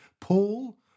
Paul